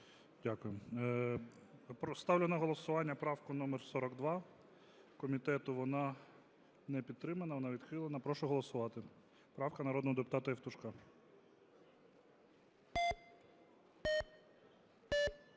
Дякую. Ставлю на голосування правку номер 42 комітету. Вона не підтримана, вона відхилена. Прошу голосувати. Правка народного депутата Євтушка.